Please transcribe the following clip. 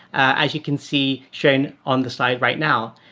as you can see shown on the slide right now.